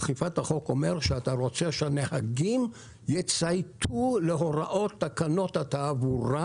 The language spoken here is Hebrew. אכיפת החוק אומרת שאתה רוצה שהנהגים יצייתו להוראות תקנות התעבורה,